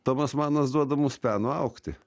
tomas manas duoda mums peno augti